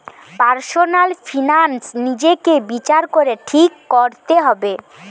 personal finance নিজেকে বিচার করে ঠিক কোরতে হবে